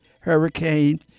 hurricane